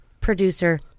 producer